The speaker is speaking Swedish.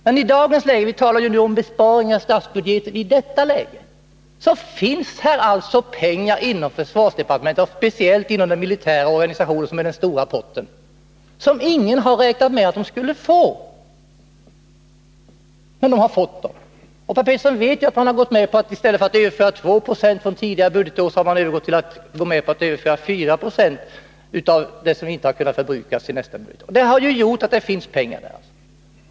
Menii dagens läge — vi talar ju om besparingar i statsbudgeten i det läge som nu råder — finns det pengar inom försvarsdepartementet och speciellt inom den militära organisationen, där den stora potten finns. Det är pengar som ingen har räknat med att försvaret skulle få — men försvaret har fått dem. Och Per Petersson vet att i stället för att överföra 2 96 av det som inte kunnat förbrukas under ett visst budgetår till nästa budgetår har man gått med på att överföra 4 90 — och det har gjort att det finns pengar.